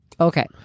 Okay